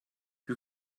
you